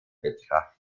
betracht